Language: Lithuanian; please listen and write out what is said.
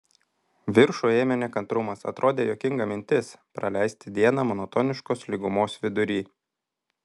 viršų ėmė nekantrumas atrodė juokinga mintis praleisti dieną monotoniškos lygumos vidury